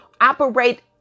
Operate